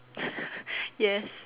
yes